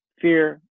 fear